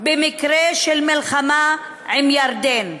במקרה של מלחמה עם ירדן.